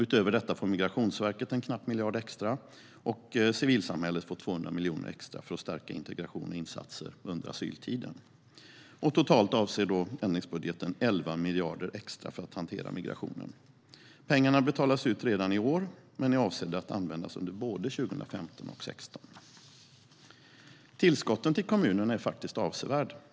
Utöver detta får Migrationsverket en knapp miljard extra, och civilsamhället får 200 miljoner extra för att stärka integrationen och insatser under asyltiden. Totalt avser ändringsbudgeten 11 miljarder extra för att hantera migrationen. Pengarna betalas ut redan i år men är avsedda att användas under både 2015 och 2016. Tillskotten till kommunerna är avsevärda.